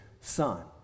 Son